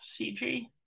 cg